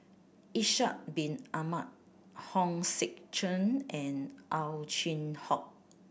Ishak Bin Ahmad Hong Sek Chern and Ow Chin Hock